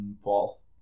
False